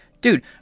Dude